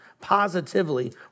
positively